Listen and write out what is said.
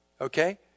okay